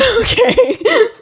Okay